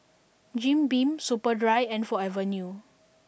Jim Beam Superdry and Forever New